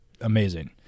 amazing